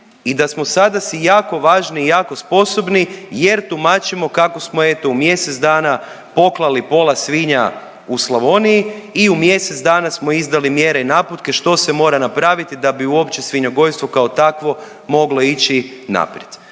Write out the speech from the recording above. i da smo sada si jako važni i jako sposobni jer tumačimo kako smo eto u mjesec dana poklali pola svinja u Slavoniji i u mjesec dana smo izdali mjere i naputke što se mora napraviti da bi uopće svinjogojstvo kao takvo moglo ići naprijed.